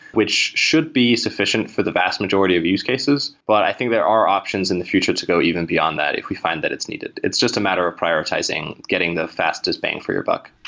which should be sufficient for the vast majority of use cases, but i think there are options in the future to go even beyond that if we find that it's needed. it's just a matter of prioritizing, getting the fastest bang for your buck.